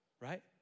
right